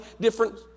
different